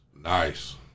Nice